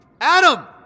Adam